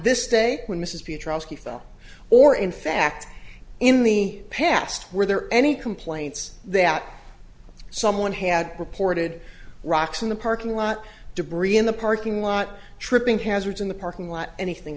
fell or in fact in the past were there any complaints that someone had reported rocks in the parking lot debris in the parking lot tripping hazards in the parking lot anything